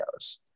videos